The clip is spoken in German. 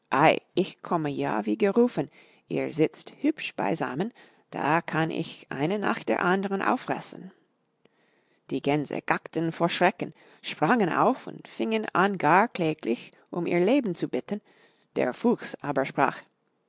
ich komme ja wie gerufen ihr sitzt hübsch beisammen da kann ich eine nach der andern auffressen die gänse gackten vor schrecken sprangen auf und fingen an gar kläglich um ihr leben zu bitten der fuchs aber sprach